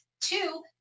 Two